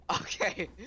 Okay